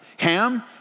Ham